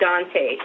Dante